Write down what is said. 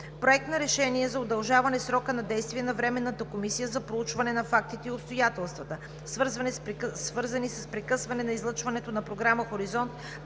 Проект на решение за удължаване срока на действие на Временната комисия за проучване на фактите и обстоятелствата, свързани с прекъсване на излъчването на програма „Хоризонт“